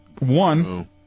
one